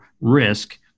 risk